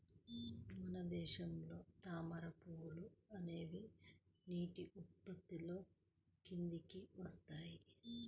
మన దేశంలో తామర పువ్వులు అనేవి నీటి ఉత్పత్తుల కిందికి వస్తాయి